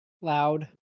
Loud